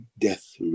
death